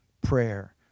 prayer